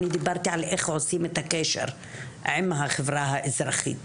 אני דיברתי על איך עושים את הקשר עם החברה האזרחית.